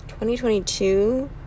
2022